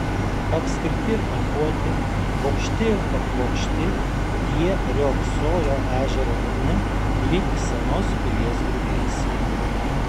apskriti ir kampuoti aukšti ir paplokšti jie riogsojo ežero dugne lyg senos pilies griuvėsiai